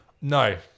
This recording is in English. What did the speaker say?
No